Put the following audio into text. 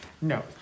No